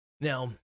now